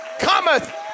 cometh